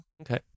Okay